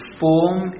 form